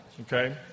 Okay